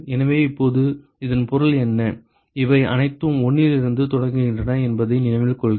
எனவே இப்போது இதன் பொருள் என்ன இவை அனைத்தும் 1 லிருந்து தொடங்குகின்றன என்பதை நினைவில் கொள்க